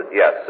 yes